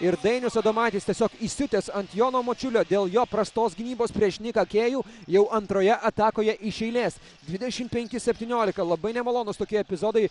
ir dainius adomaitis tiesiog įsiutęs ant jono mačiulio dėl jo prastos gynybos prieš niką kėjų jau antroje atakoje iš eilės dvidešim penki septyniolika labai nemalonūs tokie epizodai